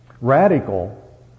radical